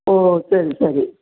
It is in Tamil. ஓ சரி சரி